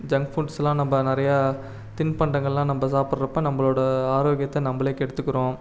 junk ஃபுட்ஸ்லாம் நம்ம நிறையா தின்பண்டங்கள்லாம் நம்ம சாப்பிட்றப்ப நம்மளோட ஆரோக்கியத்தை நம்மளே கெடுத்துக்கிறோம்